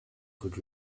could